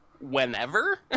whenever